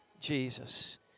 Jesus